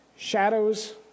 Shadows